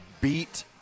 beat